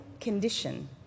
condition